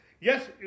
yes